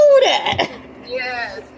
Yes